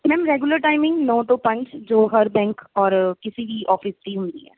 ma'am regular timing ਨੌ ਤੋਂ ਪੰਜ ਜੋ ਹਰ ਬੈਂਕ ਔਰ ਕਿਸੀ ਵੀ ਔਫਿਸ ਦੀ ਹੁੰਦੀ ਹੈ